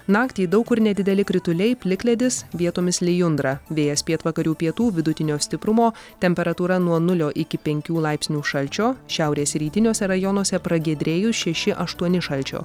naktį daug kur nedideli krituliai plikledis vietomis lijundra vėjas pietvakarių pietų vidutinio stiprumo temperatūra nuo nulio iki penkių laipsnių šalčio šiaurės rytiniuose rajonuose pragiedrėjus šeši aštuoni šalčio